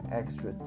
extra